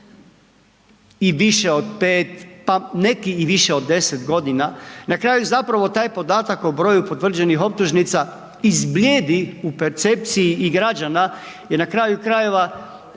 i više od 5, pa neki i više od 10.g., na kraju zapravo taj podatak o broju potvrđenih optužnica izbljedi u percepciji i građana jer na kraju krajeva